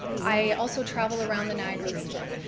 i also travel around the niagara region.